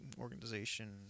organization